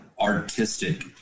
artistic